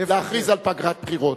להכריז על פגרת בחירות.